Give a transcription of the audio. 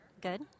Good